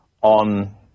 on